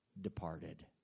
departed